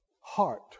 heart